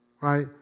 Right